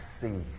see